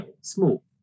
Small